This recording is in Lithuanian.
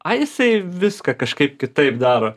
ai jisai viską kažkaip kitaip daro